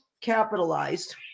capitalized